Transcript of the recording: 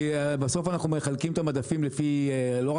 כי בסוף אנחנו מחלקים את המדפים בעיקר